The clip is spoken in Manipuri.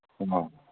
ꯑꯣ